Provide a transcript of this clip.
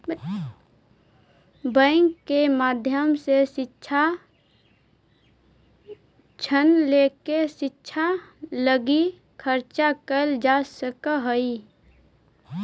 bank के माध्यम से शिक्षा ऋण लेके शिक्षा लगी खर्च कैल जा सकऽ हई